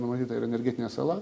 numatyta ir energetinė sala